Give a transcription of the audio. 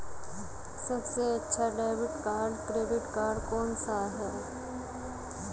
सबसे अच्छा डेबिट या क्रेडिट कार्ड कौन सा है?